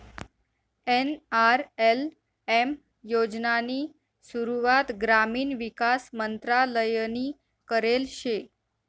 NRLM योजनानी सुरुवात ग्रामीण विकास मंत्रालयनी करेल शे